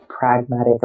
Pragmatic